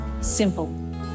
simple